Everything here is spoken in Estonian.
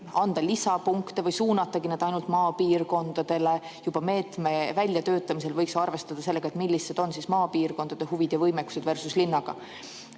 anda lisapunkte või suunatagi need ainult maapiirkondadele. Juba meetme väljatöötamisel võiks arvestada sellega, millised on maapiirkondade huvid ja võimekus võrreldes linnaga.